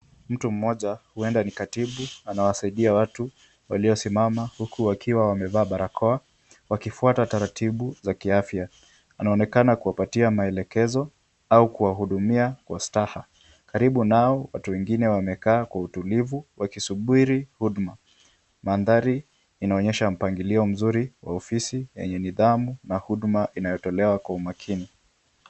Mtu mmoja, huenda ni katibu anawasaidia watu waliosimama huku wakiwa wamevaa barakoa wakifuata taratibu za kiafya. Anaoenakana kuwapatia maelekezo au kuwahudumia kwa ustaha. Karibu nao watu wengine wamekaa kwa utulivu wakisubiri huduma. Mandhari inaonyesha mpangilio mzuri wa ofisi yenye nidhamu na huduma inayotolewa kwa umakini.